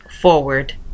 Forward